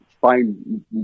find